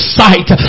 sight